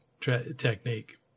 technique